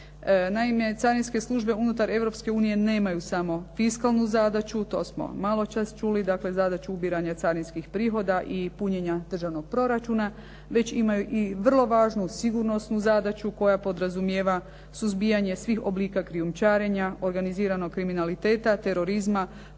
Naime, carinske službe unutar Europske unije nemaju samo fiskalnu zadaću. To smo maločas čuli, dakle zadaću ubiranja carinskih prihoda i punjenja državnog proračuna, već imaju i vrlo važnu sigurnosnu zadaću koja podrazumijeva suzbijanje svih oblika krijumčarenja, organiziranog kriminaliteta, terorizma,